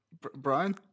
Brian